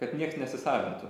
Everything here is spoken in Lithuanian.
kad nieks nesisavintų